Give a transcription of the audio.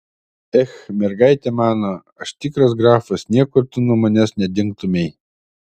ech mergaite mano aš tikras grafas niekur tu nuo manęs nedingtumei